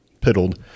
piddled